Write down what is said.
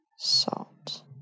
salt